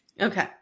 Okay